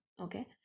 okay